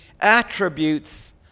attributes